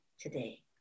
today